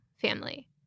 family